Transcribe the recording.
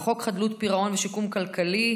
חוק חדלות פירעון ושיקום כלכלי,